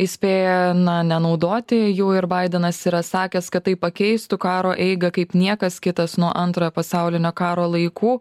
įspėja na nenaudoti jų ir baidenas yra sakęs kad tai pakeistų karo eigą kaip niekas kitas nuo antrojo pasaulinio karo laikų